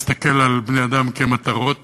מסתכל על בני-אדם כמטרות